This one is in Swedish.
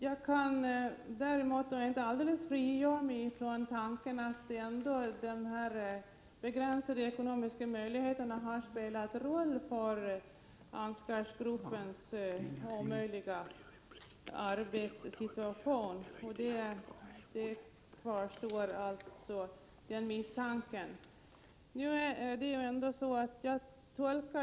Jag kan inte helt frigöra mig från tanken att de begränsade ekonomiska möjligheterna ändå har spelat en roll för Ansgargruppens omöjliga arbetssituation. Den misstanken kvarstår alltså.